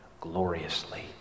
gloriously